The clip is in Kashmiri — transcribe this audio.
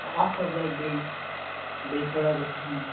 آ اکھ حظ لگہِ بیٚیہِ بیٚیہِ تھوڑا گژھن